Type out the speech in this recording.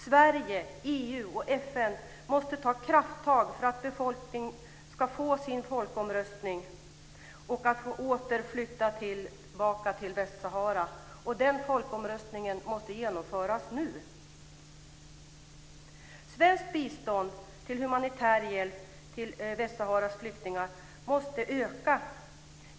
Sverige, EU och FN måste ta krafttag för att befolkningen ska få sin folkomröstning och att den åter kan få flytta tillbaka till Västsahara. Den folkomröstningen måste genomföras nu. Svenskt bistånd till humanitär hjälp till Västsaharas flyktingar måste öka.